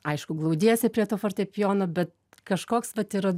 aišku glaudiesi prie to fortepijono bet kažkoks vat yra